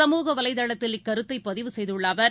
சமூக வலைதளத்தில் இந்தக் கருத்தைபதிவு செய்துள்ளஅவர்